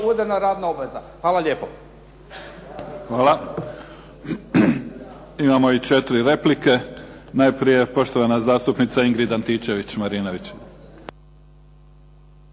uvedena radna obveza. Hvala lijepo. **Mimica, Neven (SDP)** Hvala. Imamo i četiri replike. Najprije poštovana zastupnica Ingrid Antičević-Marinović.